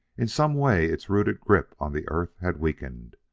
in some way its rooted grip on the earth had weakened.